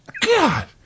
God